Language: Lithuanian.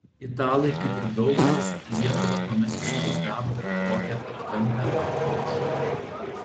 italai kaip ir daugelis lietuvą tuomet įsivaizdavo kaip kokią atkampią afrikos šalį